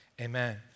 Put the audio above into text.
Amen